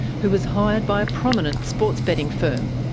who was hired by a prominent sports betting firm.